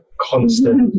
constant